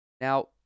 Now